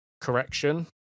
correction